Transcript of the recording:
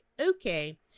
okay